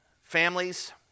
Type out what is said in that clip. families